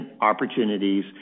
opportunities